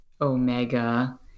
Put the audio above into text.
Omega